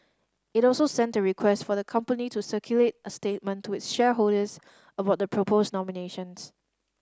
it also sent a request for the company to circulate a statement to its shareholders about the proposed nominations